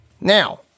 Now